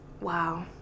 wow